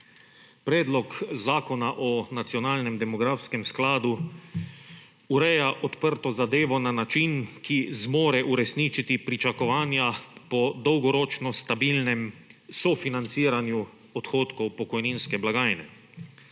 Predlog Zakona o nacionalnem demografskem skladu ureja odprto zadevo na način, ki zmore uresničiti pričakovanja po dolgoročno stabilnem sofinanciranju odhodkov pokojninske blagajne.